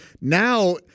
Now